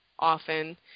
often